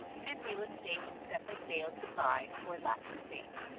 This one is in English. and real estate that they failed to buy for lack of faith.